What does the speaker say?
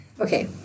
Okay